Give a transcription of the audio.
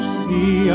see